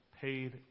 paid